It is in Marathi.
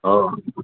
हो